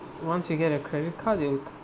once you get a credit card you